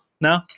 no